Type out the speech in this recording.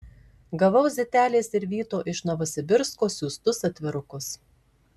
gavau zitelės ir vyto iš novosibirsko siųstus atvirukus